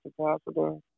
Capacitor